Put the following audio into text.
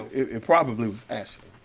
it probably was ashley.